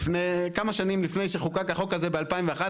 כמה שנים לפני שחוקק החוק הזה ב-2011,